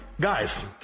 Guys